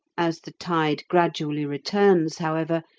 as the tide gradually returns, however,